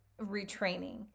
retraining